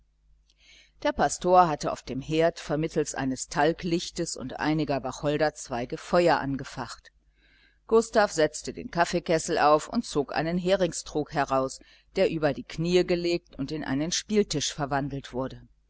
der pastor hatte auf dem herd vermittels eines talglichtes und einiger wacholderzweige feuer angefacht gustav setzte den kaffeekessel auf und zog einen heringstrog heraus der über die knie gelegt und in einen spieltisch verwandelt wurde